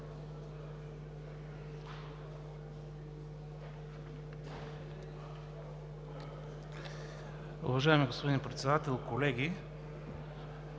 Уважаеми господин Председател, колеги!